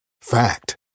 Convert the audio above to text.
Fact